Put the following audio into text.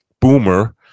boomer